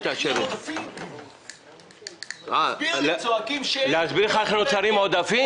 אבל תסביר לי איך צועקים שאין --- להסביר לך איך נוצרים עודפים?